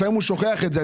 לפעמים הוא שוכח את זה.